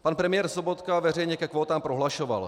Pan premiér Sobotka veřejně ke kvótám prohlašoval: